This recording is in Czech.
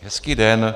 Hezký den.